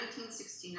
1969